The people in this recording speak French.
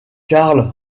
carl